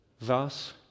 Thus